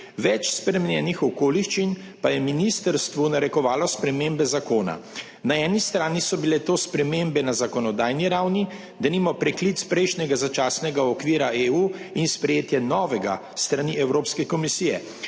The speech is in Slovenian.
Več spremenjenih okoliščin pa je ministrstvu narekovalo spremembe zakona. Na eni strani so bile to spremembe na zakonodajni ravni, denimo preklic prejšnjega začasnega okvira EU in sprejetje novega s strani Evropske komisije.